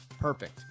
Perfect